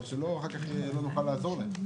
אבל אני רוצה שאחר כך נוכל לעזור להם.